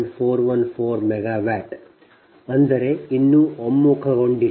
414 megawatt ಅಂದರೆ ಇನ್ನೂ ಒಮ್ಮುಖಗೊಂಡಿಲ್ಲ